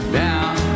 down